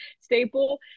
staple